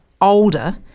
older